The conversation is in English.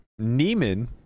Neiman